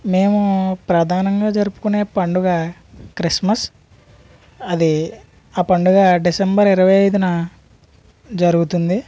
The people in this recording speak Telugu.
మేము ప్రధానంగా జరుపుకొనే పండుగ క్రిస్మస్ అది ఆ పండుగ డిసెంబర్ ఇరవై ఐదున జరుగుతుంది